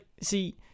see